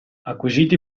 acquisiti